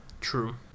True